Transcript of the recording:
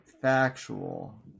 factual